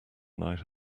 night